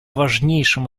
важнейшим